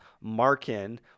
Markin